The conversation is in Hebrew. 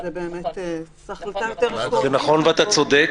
וזו באמת החלטה יותר --- זה נכון ואתה צודק,